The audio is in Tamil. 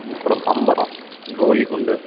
அப்புறம் பம்பரம் கோலிக்குண்டு